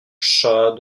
chat